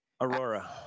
Aurora